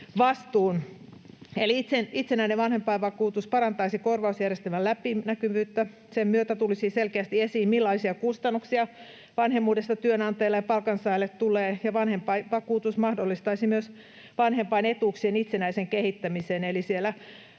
vastuun. Itsenäinen vanhempainvakuutus parantaisi korvausjärjestelmän läpinäkyvyyttä, sen myötä tulisi selkeästi esiin, millaisia kustannuksia vanhemmuudesta tulee työnantajille ja palkansaajille, ja vanhempainvakuutus mahdollistaisi myös vanhempainetuuksien itsenäisen kehittämisen.